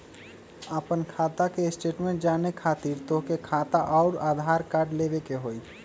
आपन खाता के स्टेटमेंट जाने खातिर तोहके खाता अऊर आधार कार्ड लबे के होइ?